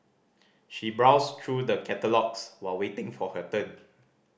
she browsed through the catalogues while waiting for her turn